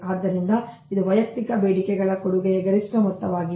ಆದ್ದರಿಂದ ಇದು ವೈಯಕ್ತಿಕ ಬೇಡಿಕೆಗಳ ಕೊಡುಗೆಯ ಗರಿಷ್ಠ ಮೊತ್ತವಾಗಿದೆ